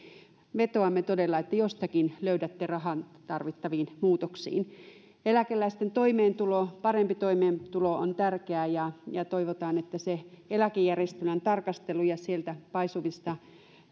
vetoamme todella että jostakin löydätte rahan tarvittaviin muutoksiin eläkeläisten toimeentulo parempi toimeentulo on tärkeää ja ja toivotaan että sen eläkejärjestelmän tarkastelun myötä ja myös sieltä paisuvista